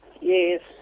Yes